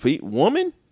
Woman